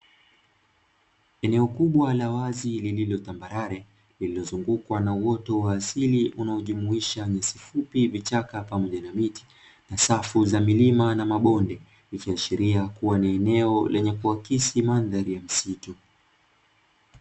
Eneo kubwa la wazi lililotambarare lililozungukwa na uoto wa asili unaojumuisha misifupi, vichaka, pamoja na miti na safu za milima na mabonde ikiashiria kuwa ni eneo lenye kuakisi mandhari ya msitu.